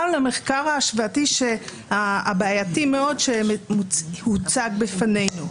למחקר ההשוואתי הבעייתי מאוד שהוצג בפנינו.